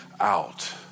out